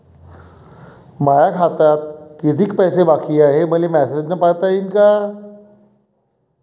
माया खात्यात कितीक पैसे बाकी हाय, हे मले मॅसेजन पायता येईन का?